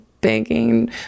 banking